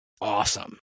awesome